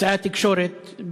אמצעי התקשורת,